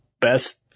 best